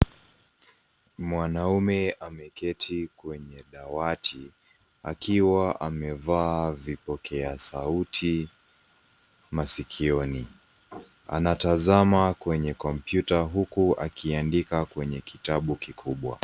Mwanaume ameketi kwenye dawati akiwa amevaa vipokea sauti masikioni anatazama kwenye kompyuta huku akiandika kwenye kitabu kikubwa.